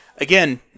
Again